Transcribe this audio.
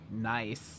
Nice